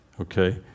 okay